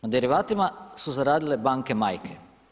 Na derivatima su zaradile banke majke.